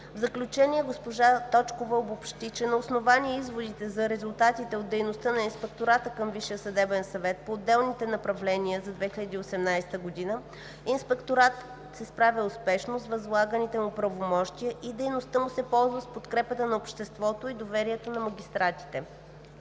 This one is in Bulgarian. В заключение госпожа Точкова обобщи, че на основание изводите за резултатите от дейността на ИВСС по отделните направления за 2018 г. Инспекторатът се справя успешно с възлаганите му правомощия и дейността му се ползва с подкрепата на обществото и доверието на магистратите.